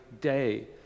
day